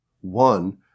one